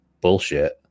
bullshit